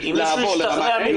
לעבור לרמה ה',